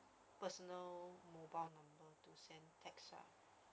the other time I didn't join in the meet the parents